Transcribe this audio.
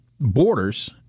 borders